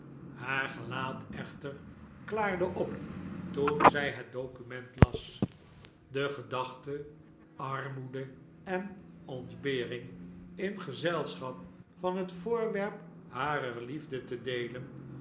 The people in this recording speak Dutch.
haar gelaat echter klaarde op toen zij het document las de gedachte armoede en ontbering in gezelschap van het voorwerp harer liefde te deelen